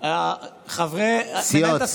סיעות.